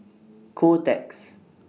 Kotex